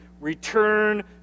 return